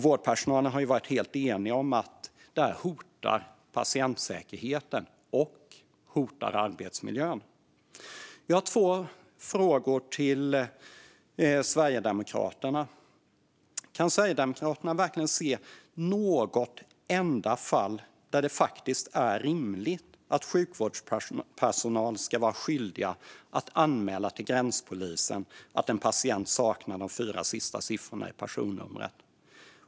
Vårdpersonalen har varit helt enig om att detta hotar patientsäkerheten och arbetsmiljön. Jag har två frågor till Sverigedemokraterna. Kan Sverigedemokraterna verkligen se något enda fall där det faktiskt är rimligt att sjukvårdspersonal är skyldig att anmäla till gränspolisen att en patient saknar de fyra sista siffrorna i personnumret?